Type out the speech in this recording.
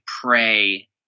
pray